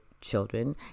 children